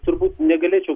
turbūt negalėčiau